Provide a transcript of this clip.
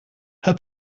her